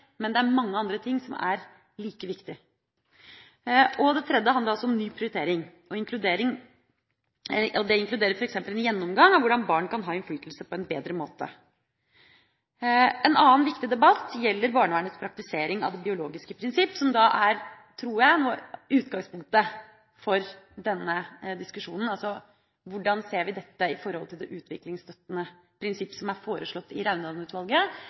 Det tredje handler om ny prioritering og inkluderer f.eks. en gjennomgang av hvordan barn kan ha innflytelse på en bedre måte. En annen viktig debatt gjelder barnevernets praktisering av det biologiske prinsipp, som er – tror jeg – utgangspunktet for denne diskusjonen: Hvordan ser vi dette i forhold til det utviklingsstøttende prinsipp som er foreslått av Raundalen-utvalget? Vi går igjennom høringsuttalelsene, og jeg ønsker meg en dialog med komiteen om dette. Jeg tror det er verdt å gå grundig til verks i